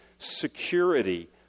security